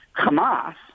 Hamas